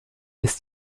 ist